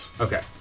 Okay